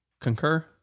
concur